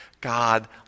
God